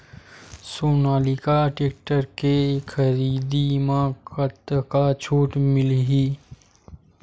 Sonalika tractor के खरीदी मा कतका छूट मीलही?